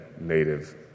Native